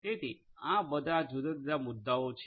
તેથી આ બધા જુદા જુદા મુદ્દાઓ છે